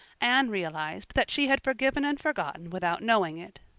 anne realized that she had forgiven and forgotten without knowing it.